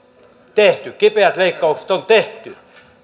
tehty kipeät leikkaukset on tehty